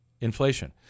inflation